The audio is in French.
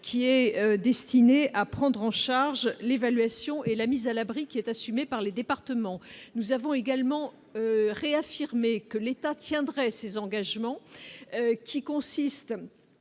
qui est destiné à prendre en charge l'évaluation et la mise à l'abri qui est assumé par les départements, nous avons également réaffirmé que l'État tiendrait ses engagements qui consistent